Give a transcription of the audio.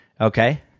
Okay